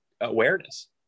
awareness